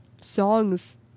Songs